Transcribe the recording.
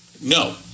No